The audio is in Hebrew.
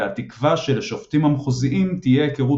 והתקווה שלשופטים המחוזיים תהיה היכרות